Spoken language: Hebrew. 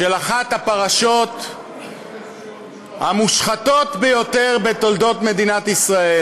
של אחת הפרשות המושחתות ביותר בתולדות מדינת ישראל,